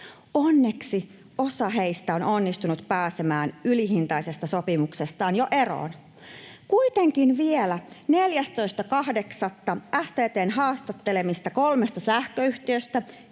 Onneksi osa heistä on onnistunut pääsemään ylihintaisesta sopimuksestaan jo eroon. Kuitenkin vielä 14.8. STT:n haastattelemista kolmesta sähköyhtiöstä